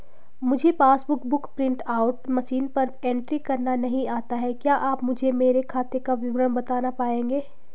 मुझे passbook book print out machine पर entry करना नहीं आता है क्या आप मुझे मेरे खाते का विवरण बताना पाएंगे?